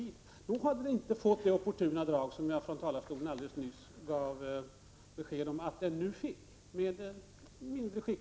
Då hade beslutet inte fått det opportunistiska drag som jag här från talarstolen gav besked om att det fick.